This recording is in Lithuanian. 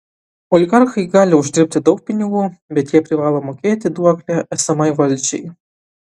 oligarchai gali uždirbti daug pinigų bet jie privalo mokėti duoklę esamai valdžiai